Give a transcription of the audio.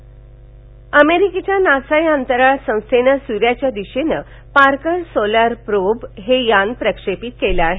NASA अमेरिकेच्या NASA या बंतराळ संस्थेनं सूर्याच्या दिशेनं पार्कर सोलार प्रोब हे यान प्रक्षेपित केलं आहे